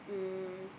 um